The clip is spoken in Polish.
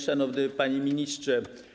Szanowny Panie Ministrze!